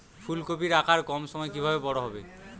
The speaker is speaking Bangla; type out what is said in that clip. ফুলকপির আকার কম সময়ে কিভাবে বড় হবে?